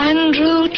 Andrew